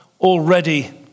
already